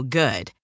good